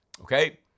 Okay